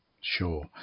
Sure